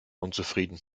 unzufrieden